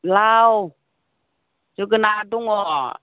लाव जोगोनार दङ